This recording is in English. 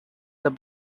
the